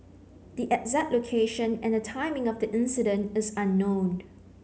the exact location and the timing of the incident is unknown